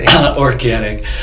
organic